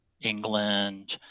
England